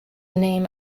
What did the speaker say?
name